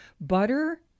butter